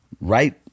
right